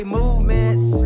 movements